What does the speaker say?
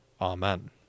Amen